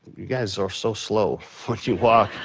you guys are so slow when you walk.